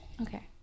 Okay